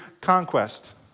conquest